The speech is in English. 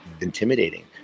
intimidating